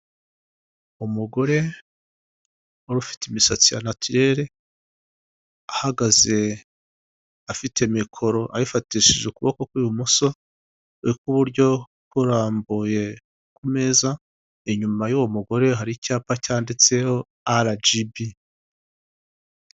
Umugore wari ufite imisatsi ya natirere, ahagaze afite mikoro, ayifatishije ukuboko kw'ibumoso, ukw'iburyo kurambuye ku meza, inyuma y'uwo mugore hari icyapa cyanditseho arajibi.